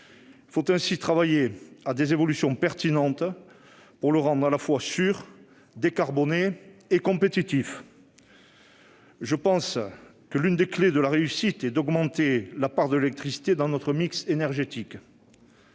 Il faut ainsi travailler à des évolutions pertinentes pour le rendre à la fois sûr, décarboné et compétitif. Je pense que l'une des clés de la réussite est d'augmenter la part de l'électricité dans notre mix énergétique.